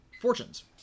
fortunes